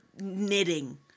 knitting